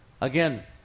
Again